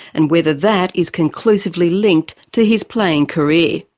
and whether that is conclusively linked to his playing career.